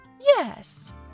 Yes